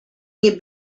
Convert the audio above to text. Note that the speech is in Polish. nie